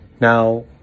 Now